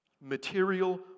Material